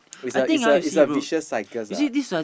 is a is a is a vicious cycles ah